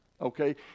okay